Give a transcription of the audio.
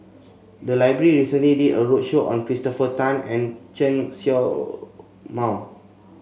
the library recently did a roadshow on Christopher Tan and Chen Show Mao